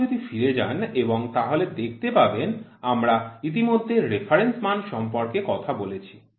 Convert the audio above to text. আপনি যদি ফিরে যান এবং তাহলে দেখতে পাবেন আমরা ইতিমধ্যে রেফারেন্স মান সম্পর্কে কথা বলেছি